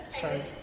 Sorry